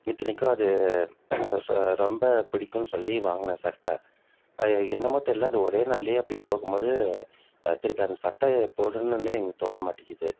இத்தனைக்கும் அது ஸோ ரொம்ப பிடிக்கும்னு சொல்லி வாங்கின சட்டை என்னமோ தெரில அது ஒரே நாள்லேயே அப்படி போகும் போது திருப்பி அந்த சட்டை போடணும்னே எனக்கு தோண மாட்டிக்கிது